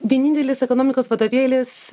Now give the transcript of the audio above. vienintelis ekonomikos vadovėlis